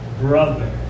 brother